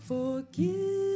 Forgive